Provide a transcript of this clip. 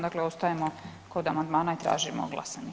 Dakle, ostajemo kod amandmana i tražimo glasanje.